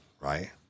right